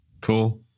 Cool